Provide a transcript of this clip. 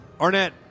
Arnett